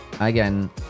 again